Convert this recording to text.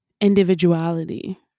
individuality